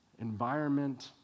environment